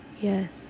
yes